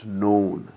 known